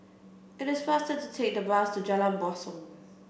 it is faster to take the bus to Jalan Basong